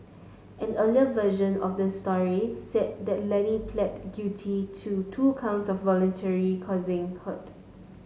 an earlier version of this story said that Lenny plead guilty to two counts of voluntarily causing hurt